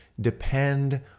Depend